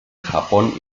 japón